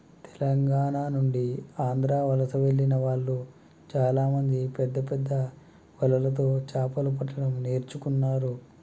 తెలంగాణ నుండి ఆంధ్ర వలస వెళ్లిన వాళ్ళు చాలామంది పెద్దపెద్ద వలలతో చాపలు పట్టడం నేర్చుకున్నారు